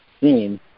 seen